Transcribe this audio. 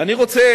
אני רוצה